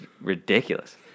ridiculous